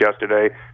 yesterday